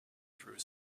through